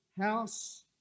house